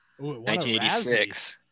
1986